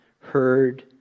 heard